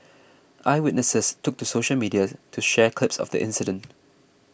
eyewitnesses took to social media to share clips of the incident